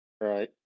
Right